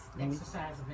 exercise